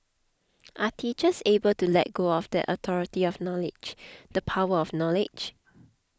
are teachers able to let go of that authority of knowledge the power of knowledge